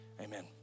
amen